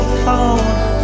phone